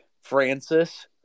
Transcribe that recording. Francis